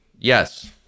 Yes